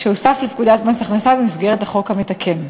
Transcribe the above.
שהוסף לפקודת מס הכנסה במסגרת החוק המתקן.